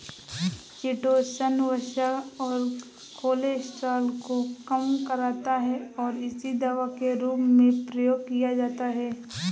chitosan वसा और cholesterol को कम करता है और इसीलिए दवा के रूप में प्रयोग किया जाता है